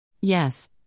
Yes